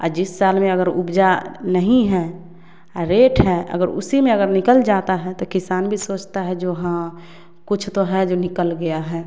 जिस साल में अगर उपजा नहीं हैं रेट हैं अगर उसी में अगर निकल जाता हैं तो किसान भी सोचता जो हाँ कुछ तो हैं जो निकल गया हैं